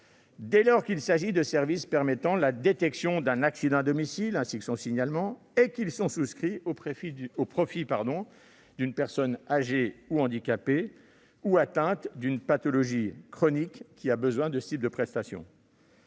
dès lors qu'il s'agit de services permettant la détection d'un accident à domicile, ainsi que son signalement, et qu'ils sont souscrits au profit d'une personne âgée ou handicapée ou atteinte d'une pathologie chronique qui a besoin de ce type de prestations.